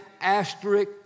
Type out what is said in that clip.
asterisk